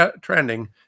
trending